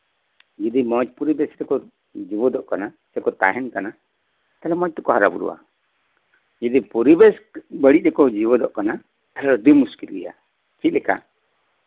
ᱡᱩᱫᱤ ᱢᱚᱸᱡᱽ ᱯᱚᱨᱤᱵᱮᱥ ᱨᱮᱠᱚ ᱡᱮᱣᱭᱮᱫᱚᱜ ᱠᱟᱱᱟ ᱥᱮ ᱛᱟᱦᱮᱱ ᱠᱟᱱᱟ ᱛᱟᱦᱞᱮ ᱢᱟ ᱢᱚᱸᱡᱽ ᱛᱮᱠᱚ ᱦᱟᱨᱟ ᱵᱩᱨᱩᱜᱼᱟ ᱡᱩᱫᱤ ᱯᱚᱨᱤᱵᱮᱥ ᱵᱟᱹᱲᱤᱡ ᱨᱮᱠᱚ ᱡᱮᱣᱭᱮᱫᱚᱜ ᱠᱟᱱᱟ ᱛᱟᱦᱞᱮ ᱟᱹᱰᱤ ᱢᱩᱥᱠᱤᱞᱚᱜ ᱜᱮᱭᱟ ᱪᱮᱫ ᱞᱮᱠᱟ